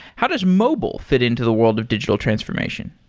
how does mobile fit into the world of digital transformation?